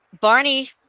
Barney